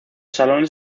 salones